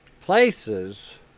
places